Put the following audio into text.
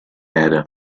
ladder